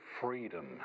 freedom